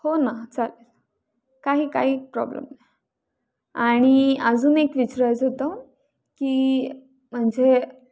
हो ना चालेल काही काही प्रॉब्लेम नाही आणि अजून एक विचारायचं होतं की म्हणजे